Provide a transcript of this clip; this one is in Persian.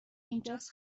اینجاس